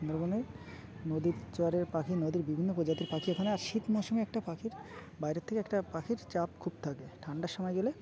সুন্দরবনের নদীর চরের পাখি নদীর বিভিন্ন প্রজাতির পাখি ওখানে আর শীত মৌসুমে একটা পাখির বাইরের থেকে একটা পাখির চাপ খুব থাকে ঠান্ডার সময় গেলে